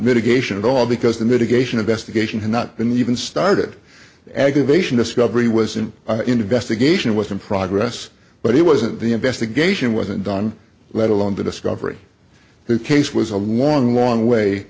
mitigation at all because the mitigation investigation had not been even started aggravation discovery was an investigation was in progress but it wasn't the investigation wasn't done let alone the discovery the case was a long long way